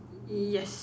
yes